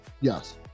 yes